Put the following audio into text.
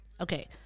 okay